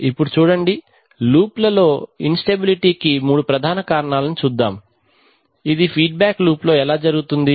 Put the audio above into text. ఇప్పుడు చూడండి లూప్లలో ఇన్ స్టెబిలిటీ కు మూడు ప్రధాన కారణాలను చూద్దాం ఇది ఫీడ్బ్యాక్ లూప్లో ఎలా జరుగుతుంది